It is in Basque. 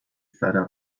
zara